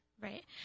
Right